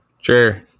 sure